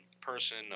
person